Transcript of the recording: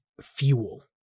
fuel